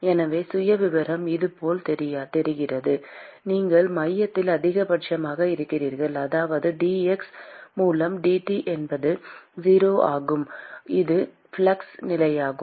எனவே சுயவிவரம் இது போல் தெரிகிறது நீங்கள் மையத்தில் அதிகபட்சமாக இருக்கிறீர்கள் அதாவது dx மூலம் dT என்பது 0 ஆகும் இது ஃப்ளக்ஸ் நிலையாகும்